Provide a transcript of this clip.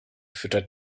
füttert